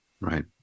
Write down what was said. right